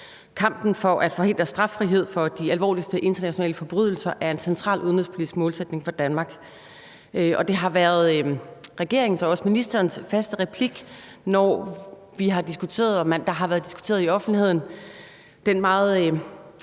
Kampen for at forhindre straffrihed for de alvorligste internationale forbrydelser er en central udenrigspolitisk målsætning for Danmark. Og det har været regeringens og også ministerens faste replik, når vi her og i offentligheden har diskuteret den i manges øjne meget